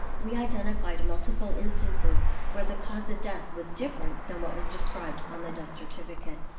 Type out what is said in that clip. we identified multiple instances where the cause of death was different than what was described on the death certificate.